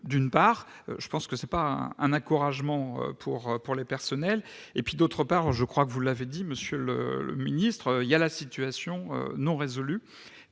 d'une part, je pense que c'est pas un encouragement pour pour les personnels et puis d'autre part, je crois que vous l'avez dit, monsieur le ministre, il y a la situation non résolue